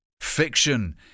Fiction